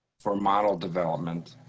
for model development.